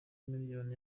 miliyoni